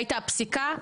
הייתה פסיקה,